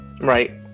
Right